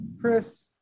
chris